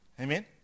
Amen